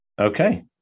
Okay